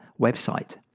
website